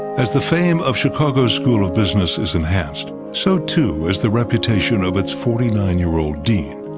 as the fame of chicago's school of business is enhanced, so too, is the reputation of its forty nine year-old dean.